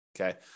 Okay